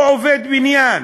או עובד בניין